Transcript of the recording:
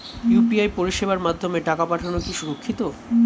UPI পরিষেবার মাধ্যমে টাকা পাঠানো কি সুরক্ষিত?